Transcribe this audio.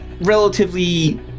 relatively